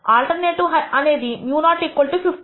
alternative అనేది μ0 50